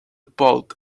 both